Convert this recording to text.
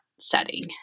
setting